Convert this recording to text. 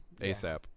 ASAP